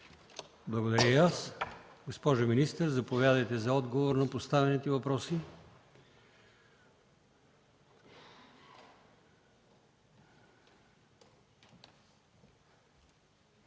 Благодаря и аз. Госпожо министър, заповядайте за отговор на поставените въпроси.